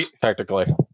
technically